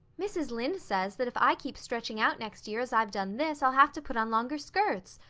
mrs. lynde says that if i keep stretching out next year as i've done this i'll have to put on longer skirts.